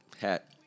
hat